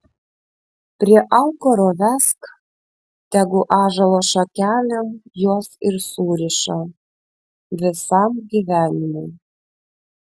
prie aukuro vesk tegu ąžuolo šakelėm juos ir suriša visam gyvenimui